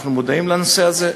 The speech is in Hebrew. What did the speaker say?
אנחנו מודעים לנושא הזה,